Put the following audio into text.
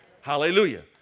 hallelujah